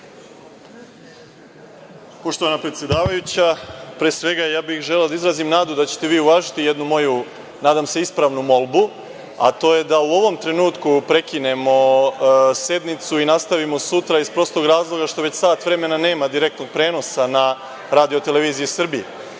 Poštovana predsedavajući, pre svega ja bih želeo da izrazim nadu da ćete vi uvažiti jednu moju, nadam se ispravnu molbu, a to je da u ovom trenutku prekinemo sednicu i nastavimo sutra, iz prostog razloga što već sat vremena nema direktnog prenosa na RTS-u. Da ne bismo